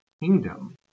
kingdom